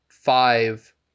five